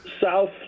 South